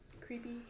Creepy